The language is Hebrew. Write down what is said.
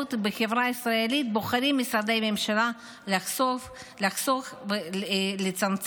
ההשתלבות בחברה הישראלית בוחרים משרדי הממשלה לחסוך ולצמצם.